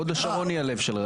הוד השרון היא הלב.